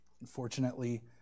Unfortunately